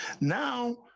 Now